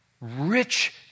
rich